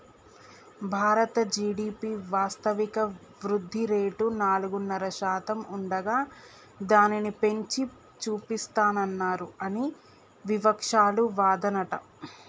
భారత జి.డి.పి వాస్తవిక వృద్ధిరేటు నాలుగున్నర శాతం ఉండగా దానిని పెంచి చూపిస్తానన్నారు అని వివక్షాలు వాదనట